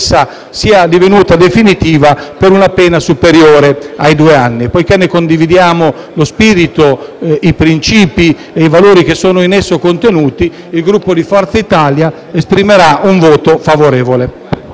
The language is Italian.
sia divenuta definitiva, per una pena superiore ai due anni. Poiché condividiamo lo spirito, i princìpi e i valori in esso contenuti, il Gruppo Forza Italia esprimerà un voto favorevole.